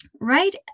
right